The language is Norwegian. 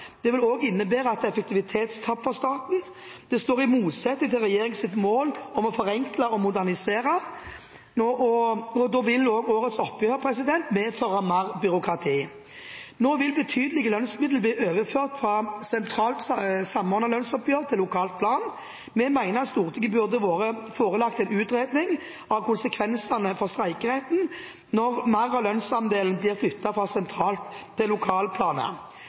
Det vil også innebære et effektivitetstap for staten. Det står i motsetning til regjeringens mål om å forenkle og modernisere, og da vil årets oppgjør også medføre mer byråkrati. Nå vil betydelige lønnsmidler bli overført fra sentralt samordnet lønnsoppgjør til lokalt plan. Vi mener at Stortinget burde vært forelagt en utredning av konsekvensene for streikeretten når mer av lønnsandelen blir flyttet fra sentral- til lokalplanet.